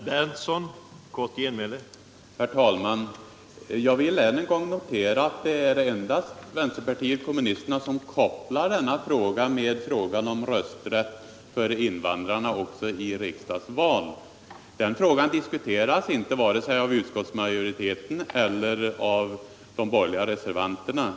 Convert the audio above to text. Herr talman! Jag vill än en gång notera att det är endast vänsterpartiet kommunisterna som kopplar denna fråga med frågan om rösträtt för invandrarna också i riksdagsval. Den frågan diskuteras inte vare sig av utskottsmajoriteten eller av de borgerliga reservanterna.